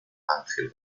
ángel